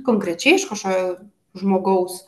konkrečiai iš kažkokio žmogaus